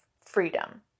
freedom